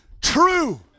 true